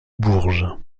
bourges